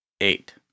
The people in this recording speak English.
Eight